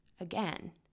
again